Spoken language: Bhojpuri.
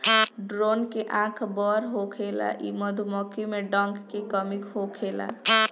ड्रोन के आँख बड़ होखेला इ मधुमक्खी में डंक के कमी होखेला